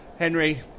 Henry